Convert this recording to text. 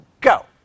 go